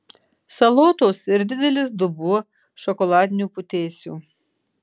salotos ir didelis dubuo šokoladinių putėsių